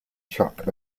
chuck